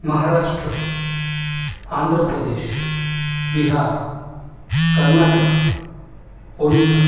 मह महाराष्ट्र आंध्र प्रदेश बिहार कर्नाटका ओडिसा